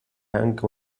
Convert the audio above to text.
anche